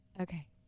Okay